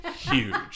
huge